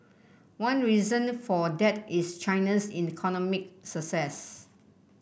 one reason for that is China's economic success